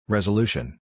Resolution